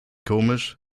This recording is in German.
komisch